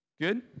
Good